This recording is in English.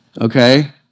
Okay